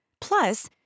Plus